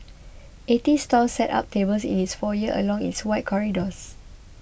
eighty stalls set up tables in its foyer along its wide corridors